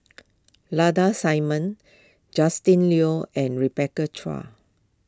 Lada Simmons Justin Lean and Rebecca Chua